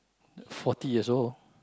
the forty years old